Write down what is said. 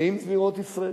נעים זמירות ישראל.